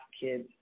kids